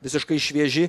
visiškai švieži